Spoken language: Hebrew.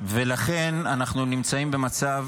ולכן אנחנו נמצאים במצב,